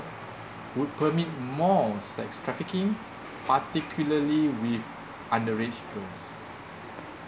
would permit more sex trafficking particularly with underaged girls